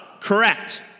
Correct